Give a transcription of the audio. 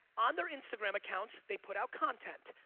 on their instagram accounts they put out content.